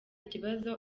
ikibazo